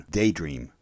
daydream